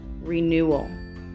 renewal